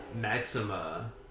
Maxima